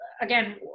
again